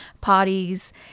parties